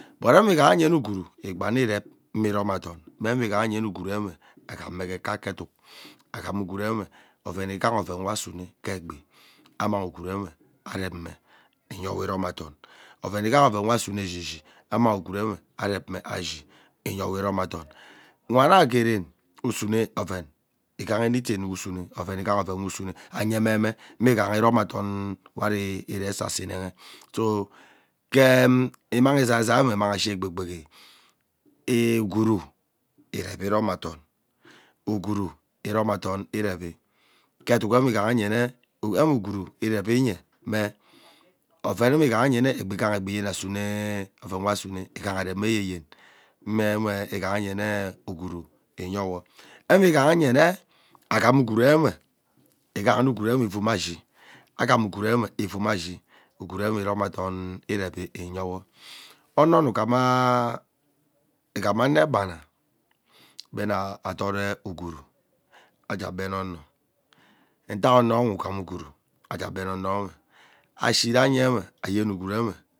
But mme ighayene ugwum igbane irep mme iromadom ewe ighanyen ugwuru uwe agham mme ke kaeke eduk aghara agwuru nwe, oven ighaha oven we asune ke egbi amang ugwuru areme eyewo iromadom oven ighaha oven we asune eshishi ammang ugwuru nwe arep mme ashi mme iyewo iromadom nwana gee ren usune oven ighaha anything we usune oven ighaha oven ayememe mme ighaha iromadom wari eree asasa inene gee imang izaiza we amang ashi egbe gbehi ee ugwuru irep iromadom, ugwuru iromadom erevi, ke etuk nwe igha nyene nwe ugwuru irevi oven mme ighaha nyene ke egbi ighaha egbi egbi asunce oven nwe asune igha areme ayeye mme nwe ighayene ugwuru iyewoo nwe ighaha gee nne aghame ugwumewe aghayene ugwuru ivuu mme ashi ugwuru nwe iromadom irevi iyewo onono ughanea ighanaa anegbema be nna adot ugwuru agee agbeh ono ntak ono nwe ashi ranyenwe ayen ugwuru nwe.